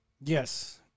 Yes